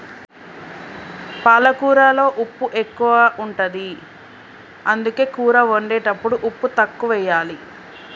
పాలకూరలో ఉప్పు ఎక్కువ ఉంటది, అందుకే కూర వండేటప్పుడు ఉప్పు తక్కువెయ్యాలి